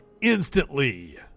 instantly